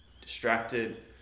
distracted